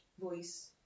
voice